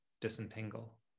disentangle